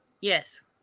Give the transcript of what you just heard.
yes